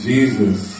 Jesus